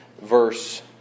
verse